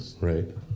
right